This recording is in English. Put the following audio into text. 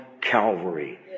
Calvary